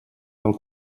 del